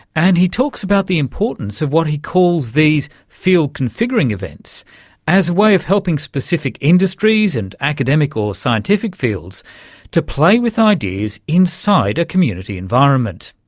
and he talks about the importance of what he calls these field configuring events as a way of helping specific industries and academic or scientific fields to play with ideas inside a community environment.